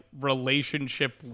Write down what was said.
relationship